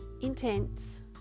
intense